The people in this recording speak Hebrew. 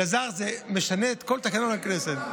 אלעזר, זה משנה את כל תקנון הכנסת.